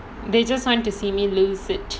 they just want to see me lose it